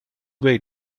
way